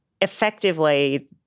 effectively